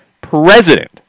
president